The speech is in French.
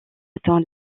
atteint